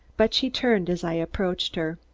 but she turned as i approached her.